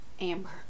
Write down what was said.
Amber